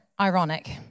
ironic